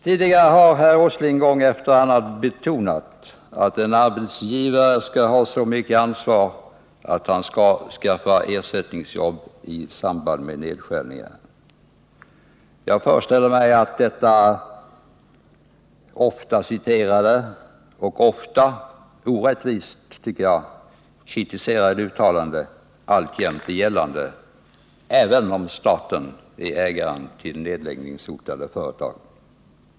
Tidigare har herr Åsling gång efter annan betonat att en arbetsgivare skall ha så mycket ansvar att han skall skaffa ersättningsjobb i samband med nedskärningar. Jag föreställer mig att detta ofta citerade och ofta — orättvist, tycker jag — kritiserade uttalande alltjämt är gällande, även om staten är ägaren till nedläggningshotade företag.